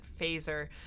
phaser